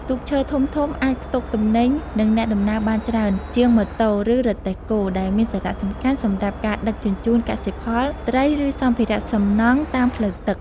ទូកឈើធំៗអាច ផ្ទុកទំនិញ និងអ្នកដំណើរបានច្រើន ជាងម៉ូតូ ឬរទេះគោ ដែលមានសារៈសំខាន់សម្រាប់ការដឹកជញ្ជូនកសិផល ត្រី ឬសម្ភារៈសំណង់តាមផ្លូវទឹក ។